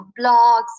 blogs